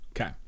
Okay